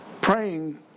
praying